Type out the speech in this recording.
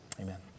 amen